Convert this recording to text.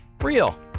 real